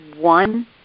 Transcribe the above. one